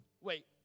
wait